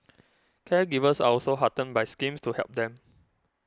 caregivers are also heartened by schemes to help them